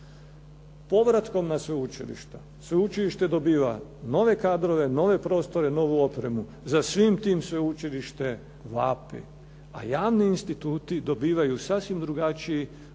Povratkom na sveučilišta, sveučilište dobiva nove kadrove, nove prostore, novu opremu. Za svim tim sveučilište vapi, a javni instituti dobivaju sasvim drugačiji